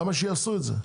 למה שיעשו את זה?